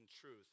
truth